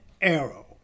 arrow